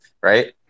right